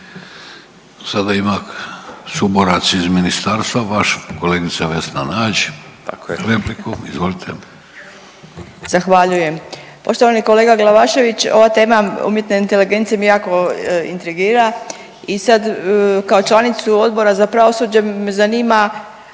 Sada ima suborac iz ministarstva vaš kolegica Vesna Nađ, repliku. Izvolite. **Nađi, Davor (Fokus)** Zahvaljujem. Poštovani kolega Glavašević. Ova tema umjetne inteligencije me jako intrigira i sad kao članicu Odbora za pravosuđe me zanima